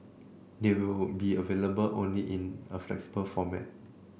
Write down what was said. they will be available only in a flexible format